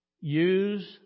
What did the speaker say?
Use